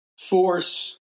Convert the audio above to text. force